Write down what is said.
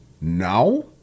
now